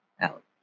out